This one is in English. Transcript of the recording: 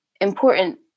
important